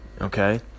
okay